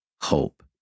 hope